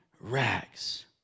rags